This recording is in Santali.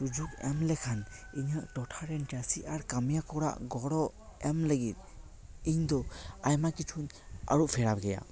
ᱥᱩᱡᱚᱠ ᱮᱢ ᱞᱮᱠᱷᱟᱱ ᱤᱧᱟᱹᱜ ᱴᱚᱴᱷᱟ ᱨᱮᱱ ᱪᱟᱹᱥᱤ ᱟᱨ ᱠᱟᱹᱢᱭᱟᱹ ᱠᱚ ᱨᱮᱭᱟᱜ ᱜᱚᱲᱚ ᱮᱢ ᱞᱟᱹᱜᱤᱫ ᱤᱧ ᱫᱚ ᱟᱭᱢᱟ ᱠᱤᱪᱷᱩᱧ ᱟᱹᱨᱩ ᱯᱷᱮᱨᱟᱣ ᱠᱮᱭᱟ